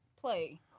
Play